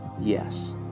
yes